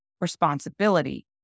responsibility